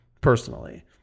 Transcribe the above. personally